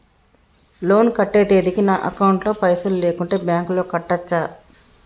Loan కట్టే తేదీకి నా అకౌంట్ లో పైసలు లేకుంటే బ్యాంకులో కట్టచ్చా?